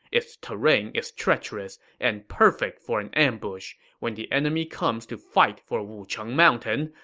its terrain is treacherous and perfect for an ambush. when the enemy comes to fight for wucheng mountain,